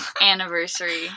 anniversary